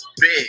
big